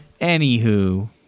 Anywho